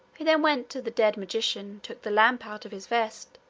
he then went to the dead magician, took the lamp out of his vest,